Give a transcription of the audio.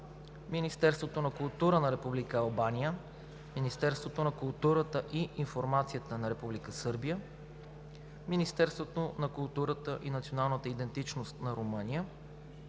Министерството на културата на Република Албания, Министерството на културата и информацията на Република Сърбия, Министерството на културата и националната идентичност на Румъния,